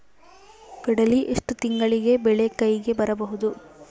ಕಡಲಿ ಎಷ್ಟು ತಿಂಗಳಿಗೆ ಬೆಳೆ ಕೈಗೆ ಬರಬಹುದು?